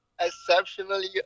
Exceptionally